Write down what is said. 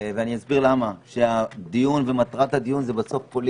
ואסביר למה, שהדיון ומטרת הדיון הם בסוף פוליטיים.